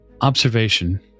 Observation